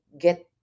get